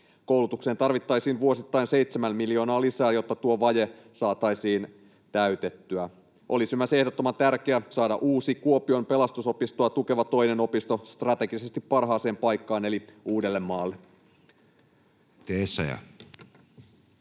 Koulutukseen tarvittaisiin vuosittain seitsemän miljoonaa lisää, jotta tuo vaje saataisiin täytettyä. Olisi myös ehdottoman tärkeää saada uusi, Kuopion Pelastusopistoa tukeva toinen opisto strategisesti parhaaseen paikkaan eli Uudellemaalle.